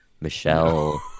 Michelle